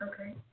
Okay